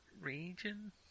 region